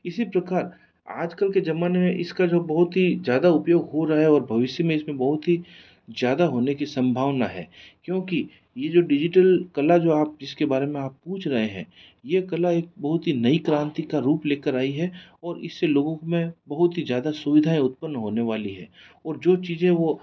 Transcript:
इसी प्रकार आजकल के जमाने में इसका जो बहुत ही ज़्यादा उपयोग हो रहा है और भविष्य में इसमें बहुत ही ज्यादा होने की संभावना है क्योंकि ये जो डिजिटल कला जो आप जिसके बारे में आप पूछ रहे हैं ये कला एक बहुत ही नई क्रांति का रूप लेकर आई है और इससे लोगों में बहुत ही ज़्यादा सुविधाएं उत्पन्न होने वाली है और जो चीज़ें वो